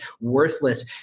worthless